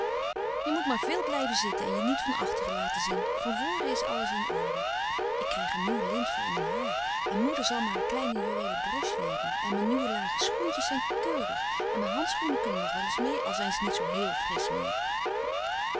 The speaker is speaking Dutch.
je moet maar veel blijven zitten en je niet van achteren laten zien van voren is alles in orde ik krijg een nieuw lint voor mijn haar en moeder zal me haar kleine juweelen broche leenen en mijn nieuwe lage schoentjes zijn keurig en mijn handschoenen kunnen nog wel eens mee al zijn ze niet zoo héél frisch meer